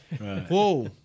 Whoa